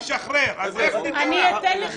אתה אומר: אני רק בסוף מרץ אשחרר, אז איך?